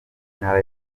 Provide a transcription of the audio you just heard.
intara